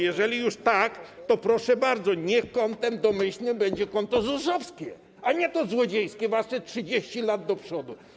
Jeżeli już tak, to proszę bardzo, niech kontem domyślnym będzie konto ZUS-owskie, a nie to wasze złodziejskie 30 lat do przodu.